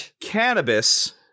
cannabis